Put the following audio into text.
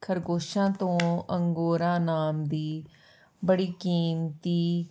ਖਰਗੋਸ਼ਾਂ ਤੋਂ ਅੰਗੋਰਾਂ ਨਾਮ ਦੀ ਬੜੀ ਕੀਮਤੀ